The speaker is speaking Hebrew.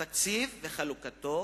התקציב וחלוקתו